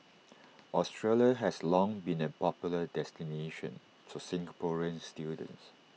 Australia has long been A popular destination for Singaporean students